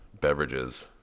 beverages